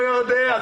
אני לא יודע.